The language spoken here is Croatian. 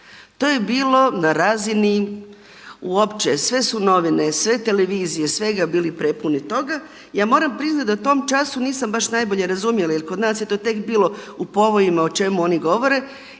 To je bilo na razini uopće jer sve su novine, sve televizije, svega bili prepuni toga. Ja moram priznati da u tom času nisam baš najbolje razumjela jer kod nas je to tek bilo u povojima o čemu oni govore